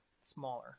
smaller